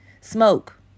Smoke